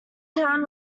town